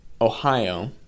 Ohio